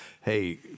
hey